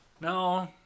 No